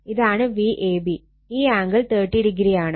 ഇതാണ് Vab ഈ angle 30o ആണ്